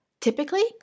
Typically